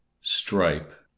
stripe